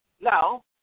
now